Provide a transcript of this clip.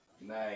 Nice